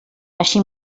així